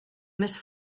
més